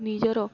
ନିଜର